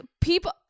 people